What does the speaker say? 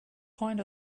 point